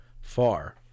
far